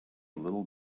little